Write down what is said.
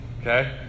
okay